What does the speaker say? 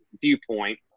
viewpoint